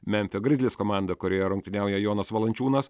memfio grizlis komanda kurioje rungtyniauja jonas valančiūnas